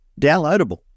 downloadable